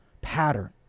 pattern